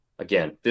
Again